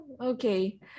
Okay